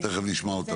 תכף נשמע אותן.